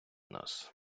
нас